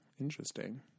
interesting